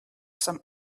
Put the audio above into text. some